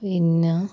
പിന്നെ